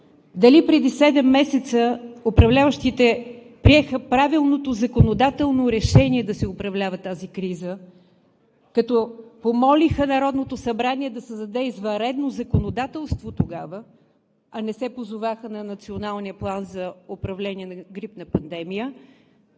дали преди седем месеца управляващите приеха правилното законодателно решение да се управлява тази криза, като помолиха Народното събрание да създаде извънредно законодателство тогава, а не се позоваха на Националния план за управление на грипна пандемия.